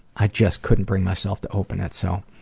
i just couldn't bring myself to open it. so